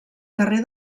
carrer